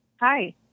Hi